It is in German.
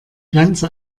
ganze